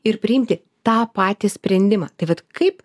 ir priimti tą patį sprendimą tai vat kaip